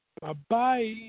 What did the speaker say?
Bye-bye